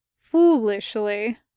foolishly